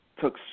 took